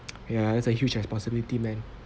ya that's a huge responsibility man